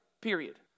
period